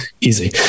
easy